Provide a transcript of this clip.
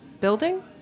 building